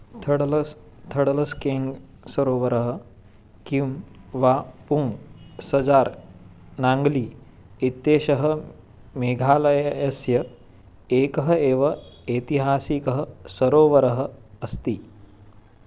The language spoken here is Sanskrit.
थडलस् थडलस्केन् सरोवरः किं वा पुङ्ग सजार् नाङ्ग्ली इत्येषः मेघालयस्य एकः एव ऐतिहासिकः सरोवरः अस्ति